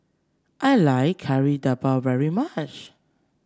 I like Kari Debal very much